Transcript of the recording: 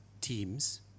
teams